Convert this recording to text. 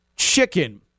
chicken